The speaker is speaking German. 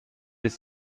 ist